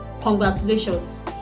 congratulations